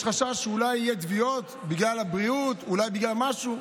יש חשש שאולי יהיו תביעות בגלל הבריאות או בגלל משהו,